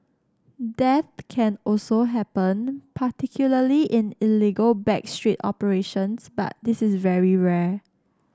death can also happen particularly in illegal back street operations but this is very rare